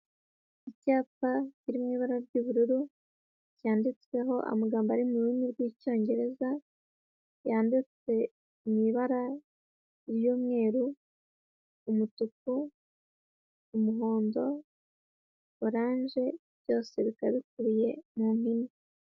Icyapa kiri mu ibara ry'ubururu cyanyanditsweho amagambo ari mu rurimi rw'Icyongereza yanditse mu ibara ry'umweru, umutuku, umuhondo, orange byose bikaba bikubiye mu mpine.